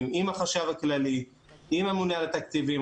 עם החשב הכללי ועם הממונה על התקציבים.